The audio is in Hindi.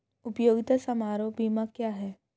उपयोगिता समारोह बीमा क्या है?